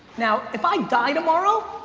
now, if i die tomorrow,